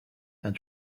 and